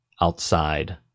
outside